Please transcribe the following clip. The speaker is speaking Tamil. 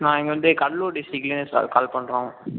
நான் இங்கே வந்து கடலூர் டிஸ்ட்டிக்லேருந்து சா கால் பண்ணுறோம்